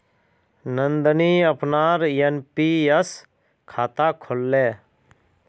नंदनी अपनार एन.पी.एस खाता खोलले